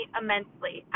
immensely